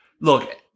Look